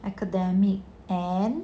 academics and